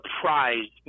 surprised